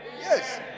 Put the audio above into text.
Yes